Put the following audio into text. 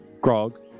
Grog